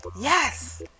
Yes